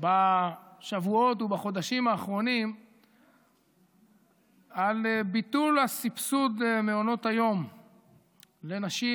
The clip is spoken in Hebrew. בשבועות ובחודשים האחרונים על ביטול הסבסוד למעונות היום לנשים